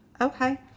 Okay